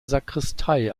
sakristei